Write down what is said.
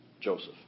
Joseph